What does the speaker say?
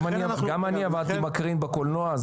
גם אני עבדתי מקרין בקולנוע,